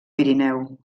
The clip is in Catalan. pirineu